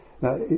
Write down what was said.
Now